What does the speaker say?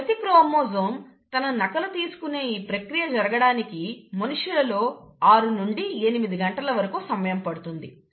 ప్రతి క్రోమోజోమ్ తన నకలు తీసుకునే ఈ ప్రక్రియ జరగడానికి మనుష్యులలో 6 నుండి 8 గంటల వరకు సమయం పడుతుంది